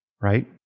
right